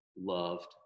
loved